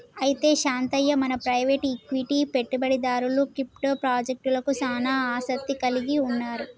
అయితే శాంతయ్య మన private equity పెట్టుబడిదారులు క్రిప్టో పాజెక్టలకు సానా ఆసత్తి కలిగి ఉన్నారు